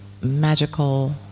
magical